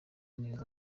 neza